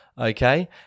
Okay